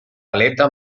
aleta